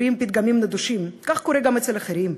אומרים פתגמים נדושים: כך קורה גם אצל האחרים,